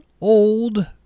old